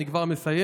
אני כבר מסיים,